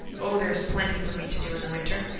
oh, there is plenty for me to do in the winter.